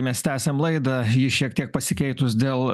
mes tęsiam laidą ji šiek tiek pasikeitus dėl